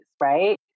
Right